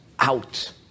out